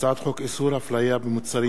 הצעת חוק איסור הפליה במוצרים,